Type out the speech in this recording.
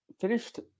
finished